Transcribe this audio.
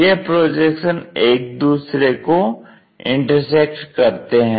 यह प्रोजेक्शन एक दूसरे को इंटरसेक्ट करते हैं